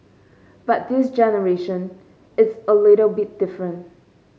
but this generation is a little bit different